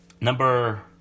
number